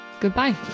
goodbye